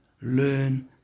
learn